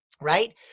Right